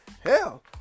Hell